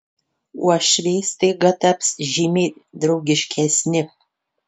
uošviai staiga taps žymiai draugiškesni